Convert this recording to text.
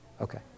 Okay